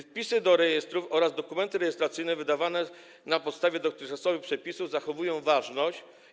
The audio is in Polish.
Wpisy do rejestrów oraz dokumenty rejestracyjne wydawane na podstawie dotychczasowych przepisów zachowują ważność.